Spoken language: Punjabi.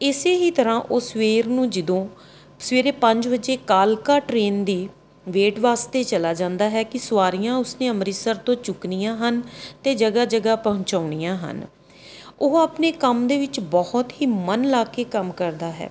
ਇਸੇ ਹੀ ਤਰ੍ਹਾਂ ਉਹ ਸਵੇਰ ਨੂੰ ਜਦੋਂ ਸਵੇਰੇ ਪੰਜ ਵਜੇ ਕਾਲਕਾ ਟਰੇਨ ਦੀ ਵੇਟ ਵਾਸਤੇ ਚਲਾ ਜਾਂਦਾ ਹੈ ਕਿ ਸਵਾਰੀਆਂ ਉਸ ਨੇ ਅੰਮ੍ਰਿਤਸਰ ਤੋਂ ਚੁੱਕਣੀਆਂ ਹਨ ਅਤੇ ਜਗ੍ਹਾ ਜਗ੍ਹਾ ਪਹੁੰਚਾਉਣੀਆਂ ਹਨ ਉਹ ਆਪਣੇ ਕੰਮ ਦੇ ਵਿੱਚ ਬਹੁਤ ਹੀ ਮਨ ਲਾ ਕੇ ਕੰਮ ਕਰਦਾ ਹੈ